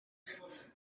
forces